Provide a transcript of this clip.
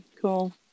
cool